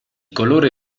colore